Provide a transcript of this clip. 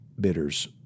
bidders